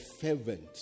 fervent